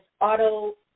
auto